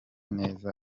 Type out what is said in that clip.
neza